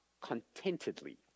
contentedly